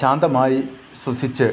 ശാന്തമായി ശ്വസിച്ച്